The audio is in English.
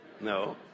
No